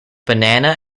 banana